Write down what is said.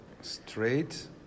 Straight